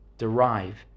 Derive